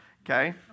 okay